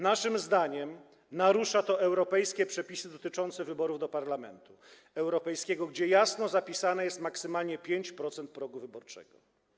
Naszym zdaniem narusza to europejskie przepisy dotyczące wyborów do Parlamentu Europejskiego, gdzie jest jasno zapisany maksymalnie 5-procentowy próg wyborczy.